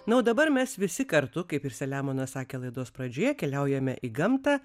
na o dabar mes visi kartu kaip ir selemonas sakė laidos pradžioje keliaujame į gamtą